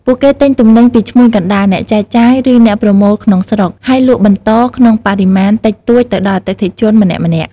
ពួកគេទិញទំនិញពីឈ្មួញកណ្តាល អ្នកចែកចាយ ឬអ្នកប្រមូលក្នុងស្រុក ហើយលក់បន្តក្នុងបរិមាណតិចតួចទៅដល់អតិថិជនម្នាក់ៗ។